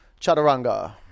chaturanga